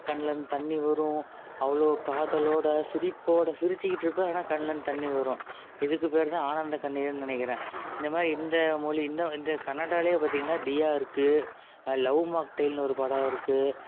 கண்ணுலேந்து தண்ணி வரும் அவ்வளவு காதலோடு சிரிப்போடு சிரித்துக்கிட்டு இருப்பேன் ஆனால் கண்ணுலேந்து தண்ணி வரும் இதுக்கு பேர் தான் ஆனந்த கண்ணீர்னு நினைக்கிறேன் இந்த மாதிரி இந்த மொழி இந்த கன்னடாவிலே பார்த்தீங்கனா தியா இருக்குது லவ் மாக்டைல்னு ஒரு படம் இருக்குது